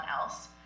else